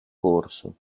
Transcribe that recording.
corso